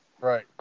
Right